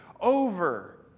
over